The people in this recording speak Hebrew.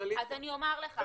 אז אני אומר לך.